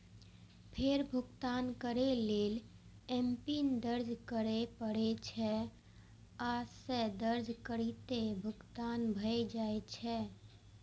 फेर भुगतान करै लेल एमपिन दर्ज करय पड़ै छै, आ से दर्ज करिते भुगतान भए जाइ छै